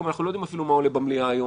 אנחנו לא יודעים אפילו מה עולה במליאה היום,